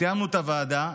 סיימנו את ישיבת הוועדה,